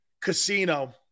Casino